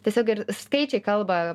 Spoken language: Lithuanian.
tiesiog ir skaičiai kalba